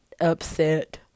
upset